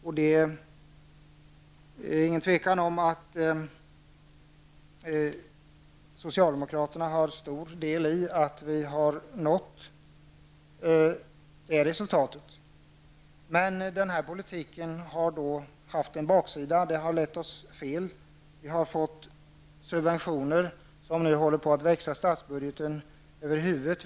Det råder inget tvivel om att socialdemokraterna har stor del i att vi har nått detta resultat, men politiken har haft en baksida. Den har lett oss fel. Vi har fått subventioner som håller på att växa statsbudgeten över huvudet.